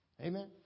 Amen